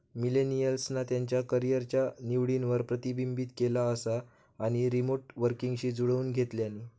मिलेनियल्सना त्यांच्या करीयरच्या निवडींवर प्रतिबिंबित केला असा आणि रीमोट वर्कींगशी जुळवुन घेतल्यानी